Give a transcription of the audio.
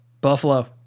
buffalo